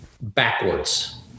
backwards